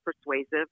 persuasive